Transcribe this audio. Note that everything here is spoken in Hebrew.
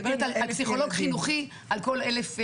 פסיכולוג חינוכי אחד על כל אלף ילדים,